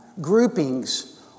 groupings